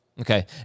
Okay